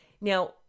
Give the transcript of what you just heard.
Now